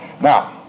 now